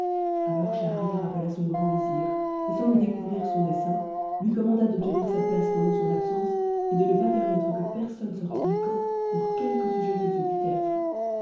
alors schahriar appela son grand vizir et sans lui découvrir son dessein lui commanda de tenir sa place pendant son absence et de ne pas permettre que personne sortît du camp pour quelque sujet que ce pût être